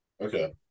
Okay